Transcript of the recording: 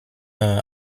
ain